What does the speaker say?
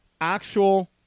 actual